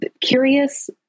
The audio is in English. curious